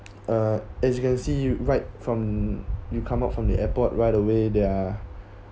uh as you can see right from you come up from the airport right a way there are